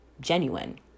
genuine